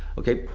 okay,